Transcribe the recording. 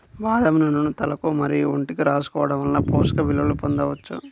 బాదం నూనెను తలకు మరియు ఒంటికి రాసుకోవడం వలన పోషక విలువలను పొందవచ్చు